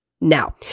now